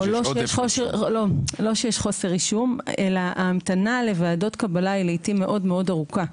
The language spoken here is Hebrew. לא שיש חוסר רישום אלא ההמתנה לוועדות קבלה היא לעיתים מאוד ארוכה,